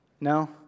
No